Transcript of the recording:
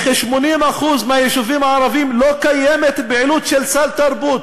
בכ-80% מהיישובים הערביים לא קיימת פעילות של סל תרבות.